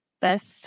best